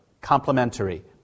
complementary